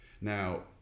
now